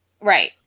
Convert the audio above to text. Right